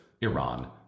Iran